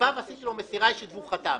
עשיתי מסירה אישית והאדם חתם.